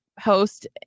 host